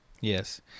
Yes